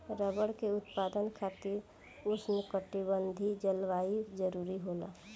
rubber के उत्पादन खातिर उष्णकटिबंधीय जलवायु जरुरी होला